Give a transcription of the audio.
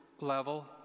level